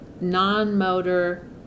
non-motor